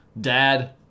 dad